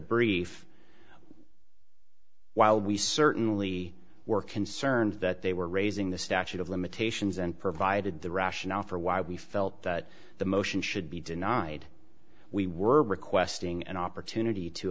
brief while we certainly were concerned that they were raising the statute of limitations and provided the rationale for why we felt that the motion should be denied we were requesting an opportunity to